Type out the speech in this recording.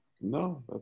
No